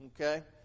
Okay